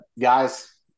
guys